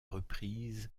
reprise